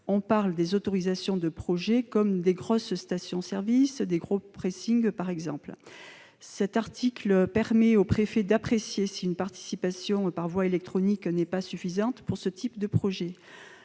On parle d'autorisations de projets tels que de grandes stations-service ou de gros pressings. Cet article permet au préfet d'apprécier si une participation par voie électronique n'est pas suffisante. Cette mesure,